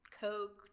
Coke